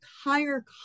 higher